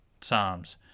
psalms